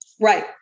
Right